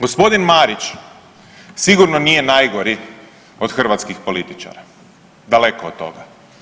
Gospodin Marić sigurno nije najgori od hrvatskih političara, daleko od toga.